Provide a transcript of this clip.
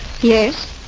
Yes